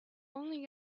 only